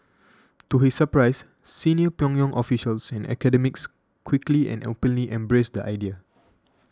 to his surprise senior Pyongyang officials and academics quickly and openly embraced the idea